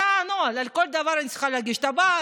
זה הנוהל: על כל דבר אני צריכה להגיש תב"ר,